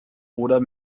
oder